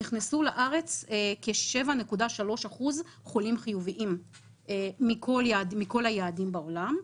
נכנסו לארץ כ-7.3% חולים חיוביים מכל היעדים בעולם.